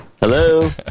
Hello